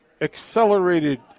accelerated